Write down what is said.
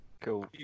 Cool